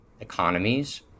economies